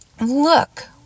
Look